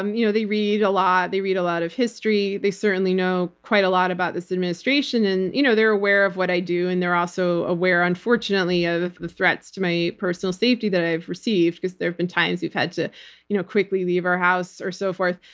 um you know they read a lot, they read a lot of history, they certainly know quite a lot about this administration. and you know they're aware of what i do, and they're also aware, unfortunately, of the threats to my personal safety that i've received, because there've been times we've had to you know quickly leave our house or so forth.